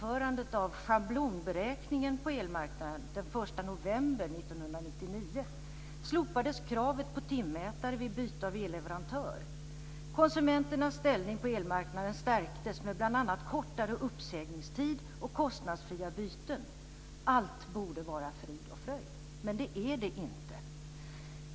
Allt borde vara frid och fröjd. Men det är det inte!